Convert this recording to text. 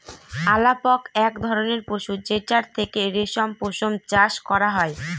আলাপক এক ধরনের পশু যেটার থেকে রেশম পশম চাষ করা হয়